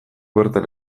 bertan